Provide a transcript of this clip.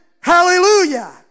hallelujah